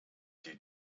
die